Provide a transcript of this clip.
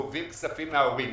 גובים כספים מההורים,